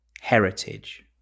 heritage